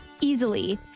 easily